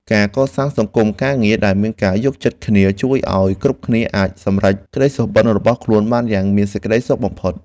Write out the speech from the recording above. ការកសាងសង្គមការងារដែលមានការយល់ចិត្តគ្នាជួយឱ្យគ្រប់គ្នាអាចសម្រេចក្តីសុបិនរបស់ខ្លួនបានយ៉ាងមានសេចក្តីសុខបំផុត។